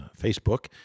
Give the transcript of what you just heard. Facebook